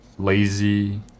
lazy